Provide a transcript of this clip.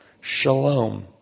Shalom